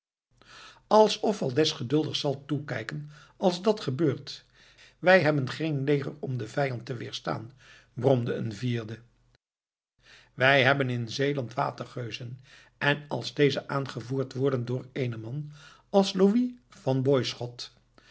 alsof valdez geduldig zal toekijken als dat gebeurt wij hebben geen leger om den vijand te wederstaan bromde een vierde wij hebben in zeeland watergeuzen en als deze aangevoerd worden door eenen man als louis van boisot